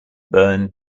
burn